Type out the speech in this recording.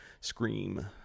Scream